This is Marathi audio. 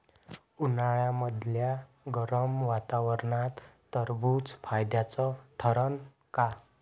उन्हाळ्यामदल्या गरम वातावरनात टरबुज फायद्याचं ठरन का?